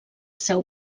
seu